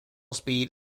speed